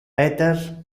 peter